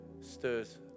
stirs